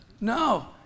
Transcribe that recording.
No